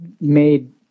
made